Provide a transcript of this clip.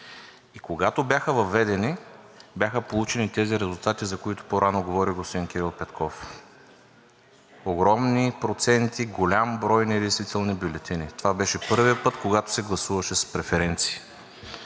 Когато бяха въведени, бяха получени тези резултати, за които по-рано говори господин Кирил Петков. Огромни проценти, голям брой недействителни бюлетини – това беше първият път, когато се гласуваше с преференции.